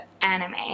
anime